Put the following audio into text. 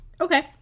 Okay